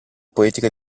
poetica